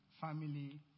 family